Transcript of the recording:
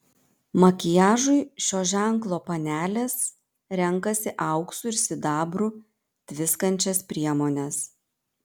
makiažui šio ženklo panelės renkasi auksu ir sidabru tviskančias priemones